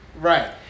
Right